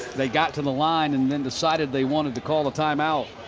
they got to the line and then decided they wanted to call a time-out.